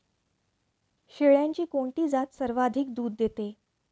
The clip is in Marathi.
शेळ्यांची कोणती जात सर्वाधिक दूध देते?